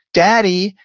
daddy,